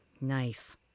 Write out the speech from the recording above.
nice